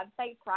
website